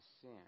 sin